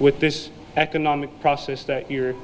with this economic process that you're